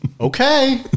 okay